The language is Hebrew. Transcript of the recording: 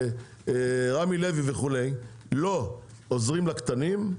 רמי לוי וכו' לא עוזרים לקטנים,